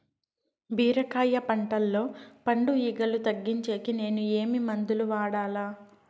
బీరకాయ పంటల్లో పండు ఈగలు తగ్గించేకి నేను ఏమి మందులు వాడాలా?